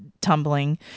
tumbling